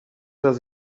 does